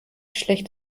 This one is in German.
schlecht